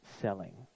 selling